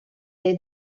dei